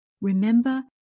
remember